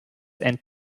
and